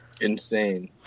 Insane